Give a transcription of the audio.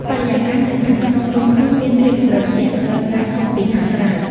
បរិយាកាសនៅខាងក្នុងរូងភ្នំមានភាពត្រជាក់ស្រស់ស្រាយខុសពីខាងក្រៅ។